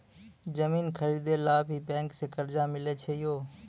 जमीन खरीदे ला भी बैंक से कर्जा मिले छै यो?